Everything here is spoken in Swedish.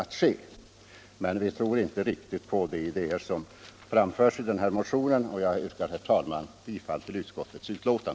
Eftersom vi inte riktigt tror på de idéer som framförs i motionen yrkar jag, herr talman, bifall till utskottets hemställan.